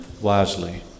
wisely